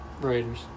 Raiders